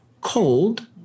cold